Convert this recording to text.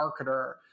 marketer